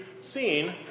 seen